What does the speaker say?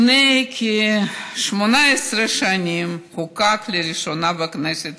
לפני כ-18 שנים חוקק לראשונה בכנסת